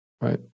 Right